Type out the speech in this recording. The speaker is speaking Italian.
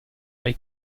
dai